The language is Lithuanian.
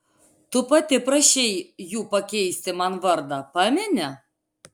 tu pati prašei jų pakeisti man vardą pameni